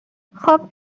خوب